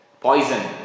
Poison